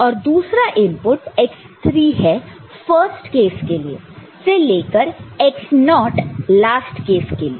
और दूसरा input x3 है फर्स्ट केस के लिए से लेकर x0 लास्ट केस के लिए